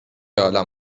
عالم